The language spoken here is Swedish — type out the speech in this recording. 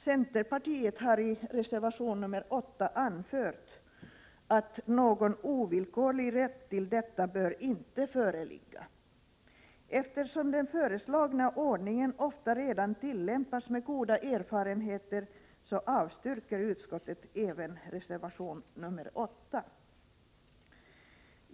Centerpartiet har i reservation 8 anfört att någon ovillkorlig rätt till detta inte bör föreligga. Eftersom den föreslagna ordningen ofta redan tillämpas med goda erfarenheter, avstyrker utskottet även reservation 8.